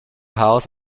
house